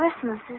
Christmas